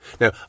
Now